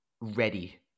ready